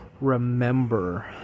remember